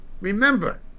Remember